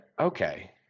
okay